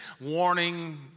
warning